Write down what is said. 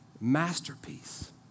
masterpiece